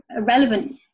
relevant